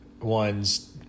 one's